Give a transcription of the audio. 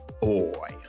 Boy